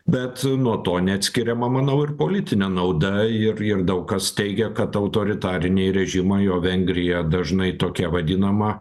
bet nuo to neatskiriama manau ir politinė nauda ir ir daug kas teigia kad autoritariniai režimai o vengrija dažnai tokia vadinama